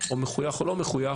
או מחויך או לא מחויך,